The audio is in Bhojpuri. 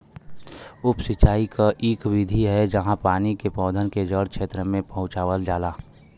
उप सिंचाई क इक विधि है जहाँ पानी के पौधन के जड़ क्षेत्र में पहुंचावल जाला